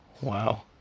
Wow